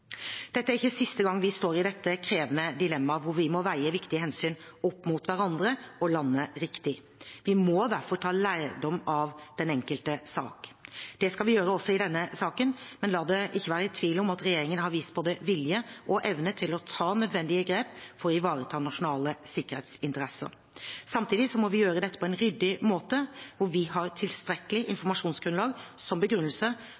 Dette er ikke siste gang vi står i dette krevende dilemmaet hvor vi må veie viktige hensyn opp mot hverandre og lande riktig. Vi må derfor ta lærdom av den enkelte sak. Det skal vi gjøre også i denne saken, men la det ikke være tvil om at regjeringen har vist både vilje og evne til å ta nødvendige grep for å ivareta nasjonale sikkerhetsinteresser. Samtidig må vi gjøre dette på en ryddig måte der vi har tilstrekkelig informasjonsgrunnlag som begrunnelse